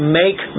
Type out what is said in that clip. make